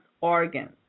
organs